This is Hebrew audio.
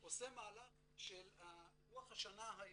למשל עושה מהלך של לוח השנה העברי.